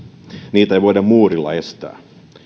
niitä ei voida muurilla estää